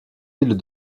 îles